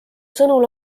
sõnul